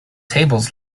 tables